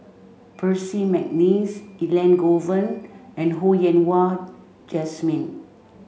Percy McNeice Elangovan and Ho Yen Wah Jesmine